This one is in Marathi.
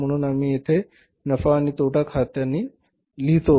म्हणून आम्ही येथे नफा आणि तोटा खात्याने लिहितो